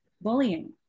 bullying